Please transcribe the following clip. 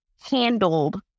handled